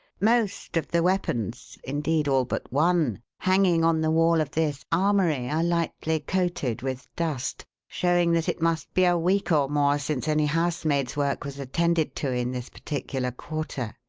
most of the weapons indeed, all but one hanging on the wall of this armoury are lightly coated with dust, showing that it must be a week or more since any housemaid's work was attended to in this particular quarter.